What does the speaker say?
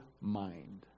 mind